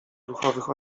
duchowych